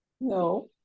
No